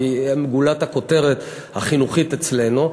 כי הם גולת הכותרת החינוכית אצלנו.